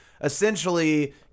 essentially